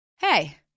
Hey